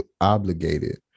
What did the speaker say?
obligated